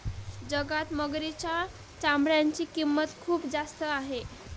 जगात मगरीच्या चामड्याची किंमत खूप जास्त आहे